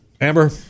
Amber